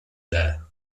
there